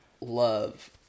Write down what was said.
love